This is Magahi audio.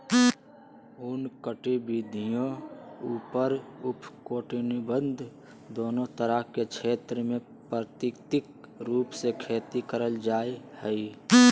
उष्ण कटिबंधीय अउर उपोष्णकटिबंध दोनो तरह के क्षेत्र मे प्राकृतिक रूप से खेती करल जा हई